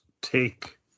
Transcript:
take